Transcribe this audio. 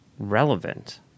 relevant